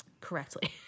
correctly